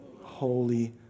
Holy